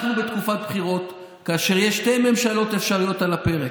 אנחנו בתקופת בחירות כאשר יש שתי ממשלות אפשריות על הפרק: